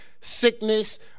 sickness